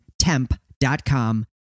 Temp.com